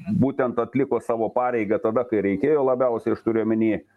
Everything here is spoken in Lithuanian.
būtent atliko savo pareigą tada kai reikėjo labiausiai aš turiu omeny